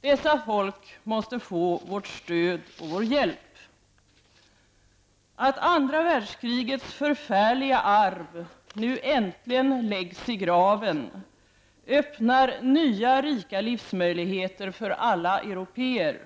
Dessa folk måste få vårt stöd och vår hjälp. Att andra världskrigets förfärliga arv nu äntligen läggs i graven öppnar nya rika livsmöjligheter för alla européer.